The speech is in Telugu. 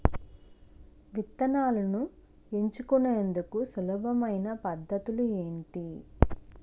విత్తనాలను ఎంచుకునేందుకు సులభమైన పద్ధతులు ఏంటి?